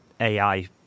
AI